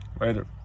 Later